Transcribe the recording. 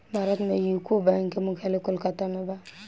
भारत में UCO bank के मुख्यालय कोलकाता में बा